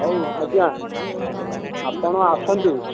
ହଉ ଆଜ୍ଞା ଆପଣ ଆସନ୍ତୁ